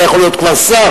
אתה יכול להיות כבר שר,